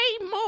more